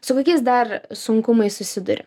su kokiais dar sunkumais susiduri